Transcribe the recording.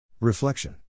Reflection